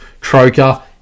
Troker